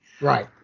Right